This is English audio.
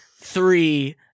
Three